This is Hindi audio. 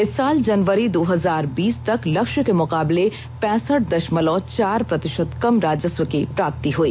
इस साल जनवरी दो हजार बीस तक लक्ष्य के मुकाबले पैंसठ दषमलव चार प्रतिषत कम राजस्व की प्राप्ति हुई